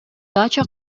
дача